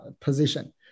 position